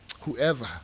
Whoever